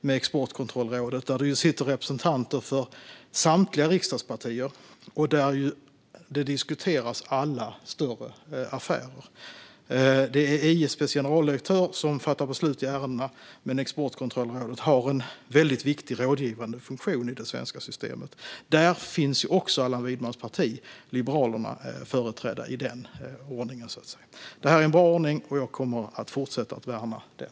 I Exportkontrollrådet sitter det representanter för samtliga riksdagspartier, och där diskuteras alla större affärer. Det är ISP:s generaldirektör som fattar beslut i ärendena, men Exportkontrollrådet har en väldigt viktig rådgivande funktion i det svenska systemet. Där finns också Allan Widmans parti Liberalerna företrätt. Detta är en bra ordning, och jag kommer att fortsätta värna den.